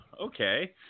okay